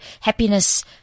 happiness